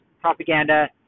propaganda